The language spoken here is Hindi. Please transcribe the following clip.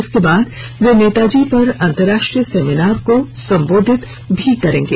इसके बाद वे नेताजी पर अंतर्राष्ट्रीय सेमिनार को संबोधित करेंगे